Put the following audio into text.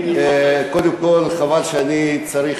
גברתי היושבת-ראש, קודם כול, חבל שאני צריך